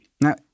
Now